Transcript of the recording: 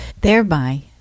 thereby